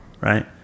right